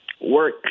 work